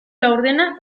laurdena